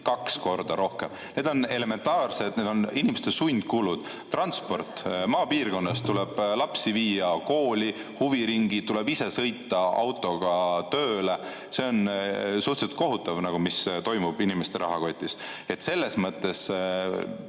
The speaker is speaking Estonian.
kaks korda rohkem. Need on elementaarsed asjad, need on inimeste sundkulud. Transport – maapiirkonnas tuleb lapsi viia kooli, huviringi, tuleb ise sõita autoga tööle. See on suhteliselt kohutav, mis toimub inimeste rahakotis. Selles mõttes